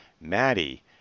maddie